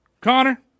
Connor